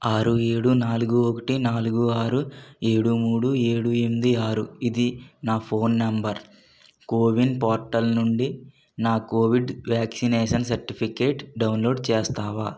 ఆరు ఏడు నాలుగు ఒకటి నాలుగు ఆరు ఏడు మూడు ఏడు ఎనిమిది ఆరు ఇది నా ఫోన్ నంబర్ కోవిన్ పోర్టల్ నుండి నా కోవిడ్ వ్యాక్సినేషన్ సర్టిఫికేట్ డౌన్లోడ్ చేస్తావా